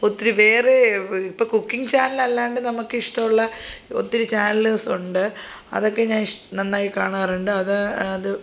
ഒത്തിരി വേറെ ഇപ്പോൾ കുക്കിങ് ചാനൽ അല്ലാണ്ടു നമുക്കിഷ്ടമുള്ള ഒത്തിരി ചാനൽസുണ്ട് അതൊക്കെ ഞാൻ ഇഷ് നന്നായി കാണാറുണ്ട് അത് അത്